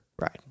Right